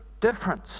difference